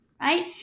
right